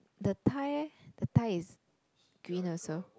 the tie eh the tie is green also